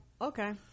okay